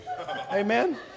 Amen